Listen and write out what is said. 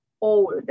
old